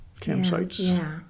campsites